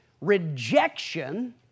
rejection